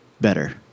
better